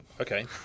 Okay